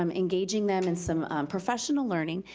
um engaging them in some professional learning,